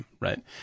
right